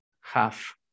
half